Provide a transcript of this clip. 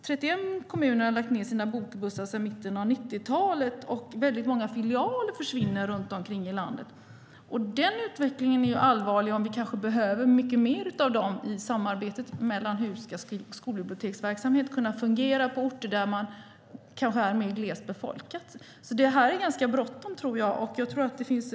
31 kommuner har sedan mitten av 90-talet lagt ned verksamheten med bokbussar, och många filialer försvinner runt om i landet. Den utvecklingen är allvarlig om vi kanske behöver mycket mer av dem i samarbetet när det gäller hur skolbiblioteksverksamhet ska kunna fungera på orter som kanske är glest befolkade. Jag tror därför att detta är ganska bråttom.